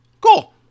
Cool